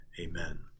Amen